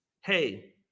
hey